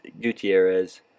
Gutierrez